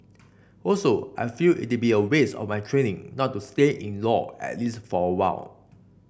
also I feel it'd be a waste of my training not to stay in law at least for a while